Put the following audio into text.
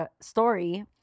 story